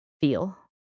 feel